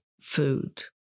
food